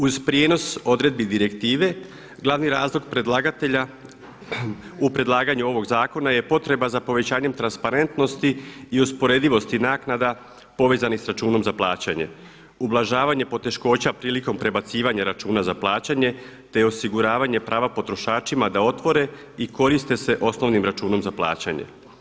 Uz prijenos odredbi direktive glavni razlog predlagatelja u predlaganju ovog zakona je potreba za povećanjem transparentnosti i usporedivosti naknada povezanih sa računom za plaćanje, ublažavanje poteškoća prilikom prebacivanja računa za plaćanje te osiguravanje prava potrošačima da otvore i koriste se osnovnim računom za plaćanje.